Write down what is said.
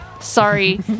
Sorry